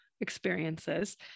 experiences